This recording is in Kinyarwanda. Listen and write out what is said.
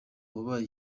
wabaye